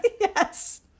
Yes